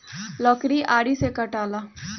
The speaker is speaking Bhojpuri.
लकड़ी आरी से कटाला